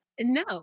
No